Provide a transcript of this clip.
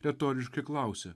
retoriškai klausė